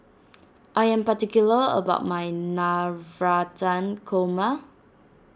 I am particular about my Navratan Korma